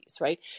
right